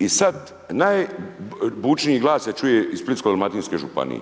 I sada najbučniji glas se čuje iz Splitsko-dalmatinske županije.